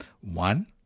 One